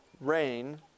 rain